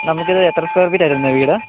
നമുക്ക് ഇത് എത്ര സ്ക്വയർ ഫിറ്റായിരുന്നു വീട്